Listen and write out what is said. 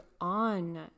on